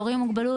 הורים עם מוגבלות,